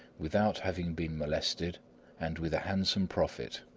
without having been molested and with a handsome profit.